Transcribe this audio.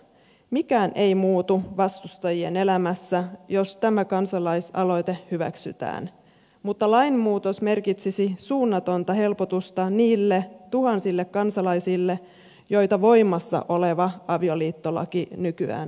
mikään ei muutu vastustajien elämässä jos tämä kansalaisaloite hyväksytään mutta lainmuutos merkitsisi suunnatonta helpotusta niille tuhansille kansalaisille joita voimassa oleva avioliittolaki nykyään syrjii